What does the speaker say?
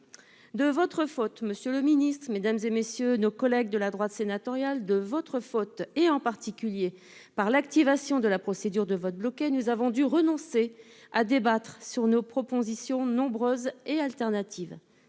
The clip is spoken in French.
De votre faute. Monsieur le Ministre Mesdames et messieurs nos collègues de la droite sénatoriale de votre faute et en particulier par l'activation de la procédure de vote bloqué. Nous avons dû renoncer à débattre sur nos propositions. Nombreuses et alternative,